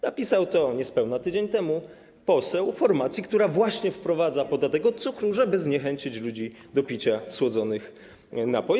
Napisał to niespełna tydzień temu poseł formacji, która właśnie wprowadza podatek od cukru, żeby zniechęcić ludzi do picia słodzonych napoi.